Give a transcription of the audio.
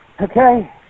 Okay